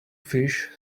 fish